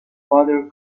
father